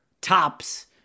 tops